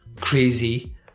crazy